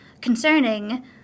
concerning